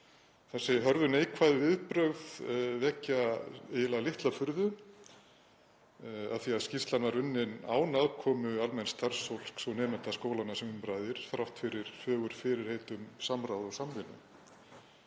Þessi hörðu neikvæðu viðbrögð vekja eiginlega litla furðu af því að skýrslan var unnin án aðkomu almenns starfsfólks og nemenda skólanna sem um ræðir þrátt fyrir fögur fyrirheit um samráð og samvinnu.